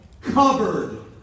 covered